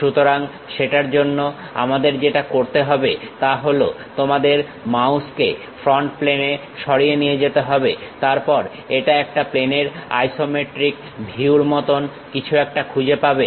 সুতরাং সেটার জন্য আমাদের যেটা করতে হবে তা হলো তোমাদের মাউস কে ফ্রন্ট প্লেনে সরিয়ে নিয়ে যেতে হবে তারপর এটা একটা প্লেনের আইসোমেট্রিক ভিউ এর মত কিছু একটা খুঁজে পাবে